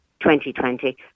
2020